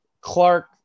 Clark